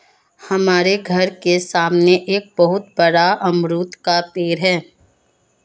हमारे घर के सामने एक बहुत बड़ा अमरूद का पेड़ है